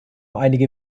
einige